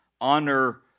honor